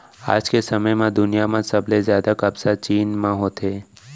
आज के समे म दुनिया म सबले जादा कपसा चीन म होथे